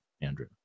Andrew